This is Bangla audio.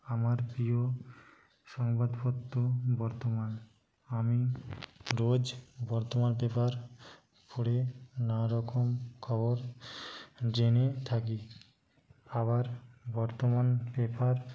আমার প্রিয় সংবাদপত্র বর্তমান আমি রোজ বর্তমান পেপার পড়ে নানারকম খবর জেনে থাকি আবার বর্তমান পেপার